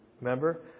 Remember